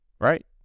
right